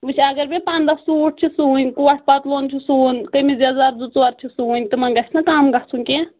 وٕچھ اگر مےٚ پَنٛداہ سوٗٹ چھِ سُوٕنۍ کوٹ پتلون چھُ سُوُن کمیٖز یزار زٕ ژور چھِ سُوٕنۍ تِمن گَژھِ نا کم گَژھُن کینہہ